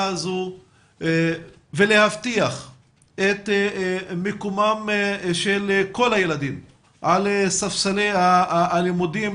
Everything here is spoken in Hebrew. הזו ולהבטיח את מקומם של כל הילדים על ספסלי הלימודים,